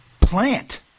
plant